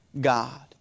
God